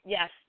Yes